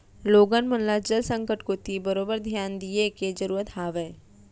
लोगन मन ल जल संकट कोती बरोबर धियान दिये के जरूरत हावय